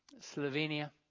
Slovenia